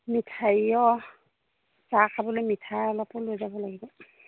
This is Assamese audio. মিঠাই অঁ চাহ খাবলৈ মিঠাই অলপো লৈ যাব লাগিব